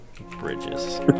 Bridges